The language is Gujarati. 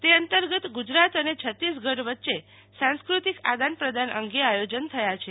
તે અંતર્ગત ગુજરાત અને છતીસગઢ વચ્ચે સાસ્કૃતિક આદાનપ્રદાન અંગે આયોજન થયા છે